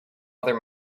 other